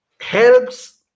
helps